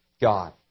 God